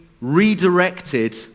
redirected